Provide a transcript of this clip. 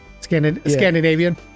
Scandinavian